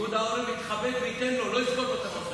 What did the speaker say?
פיקוד העורף יתכבד וייתן לו, לא יסגור את המוסד.